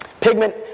Pigment